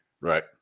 Right